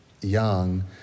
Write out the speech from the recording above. young